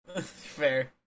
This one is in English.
Fair